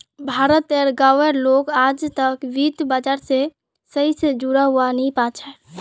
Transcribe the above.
भारत तेर गांव उर लोग आजतक वित्त बाजार से सही से जुड़ा वा नहीं पा छे